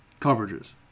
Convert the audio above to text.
coverages